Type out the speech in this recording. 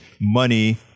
money